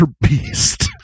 beast